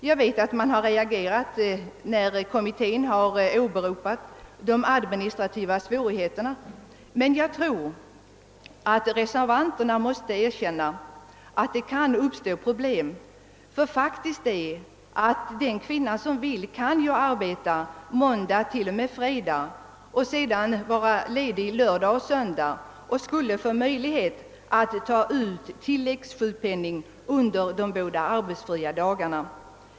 Jag vet att man reagerat på kommitténs åberopande av de administrativa svårigheterna, men jag tror att reservanterna måste erkänna att det kan uppstå problem. Den kvinna som vill kan ju faktiskt arbeta måndag t.o.m. fredag och vara ledig lördag och söndag och få möjlighet ta ut tilläggssjukpenning för de båda arbetsfria dagarna.